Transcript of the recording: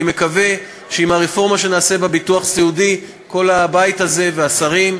אני מקווה שעם הרפורמה שנעשה בביטוח הסיעודי כל הבית הזה והשרים,